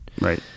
Right